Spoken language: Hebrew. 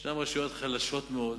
יש רשויות חלשות מאוד,